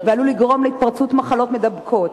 וזה עלול לגרום להתפרצות מחלות מידבקות.